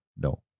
no